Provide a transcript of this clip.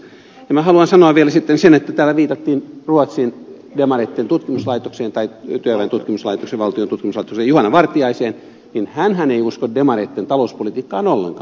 minä haluan sanoa vielä sen että kun täällä viitattiin ruotsin demareitten tutkimuslaitoksen tai työväen tutkimuslaitoksen valtion tutkimuslaitoksen juhana vartiaiseen niin hänhän ei usko demareitten talouspolitiikkaan ollenkaan